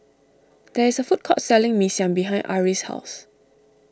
there is a food court selling Mee Siam behind Arrie's house